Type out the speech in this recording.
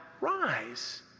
rise